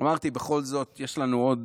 בכל זאת יש לנו עוד